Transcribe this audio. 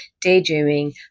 daydreaming